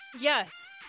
Yes